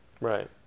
Right